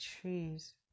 trees